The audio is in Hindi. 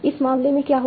इस मामले में क्या होगा